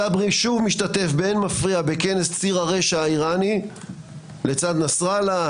סברי שוב משתתף באין מפריע בכנס ציר הרשע האיראני לצד נסראללה,